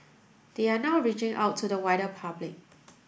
they are now reaching out to the wider public